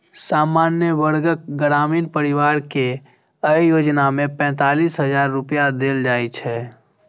सामान्य वर्गक ग्रामीण परिवार कें अय योजना मे पैंतालिस हजार रुपैया देल जाइ छै